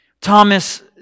Thomas